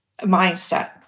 mindset